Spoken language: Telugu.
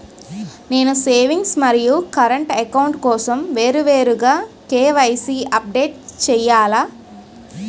నేను సేవింగ్స్ మరియు కరెంట్ అకౌంట్ కోసం వేరువేరుగా కే.వై.సీ అప్డేట్ చేయాలా?